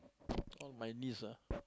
all my niece ah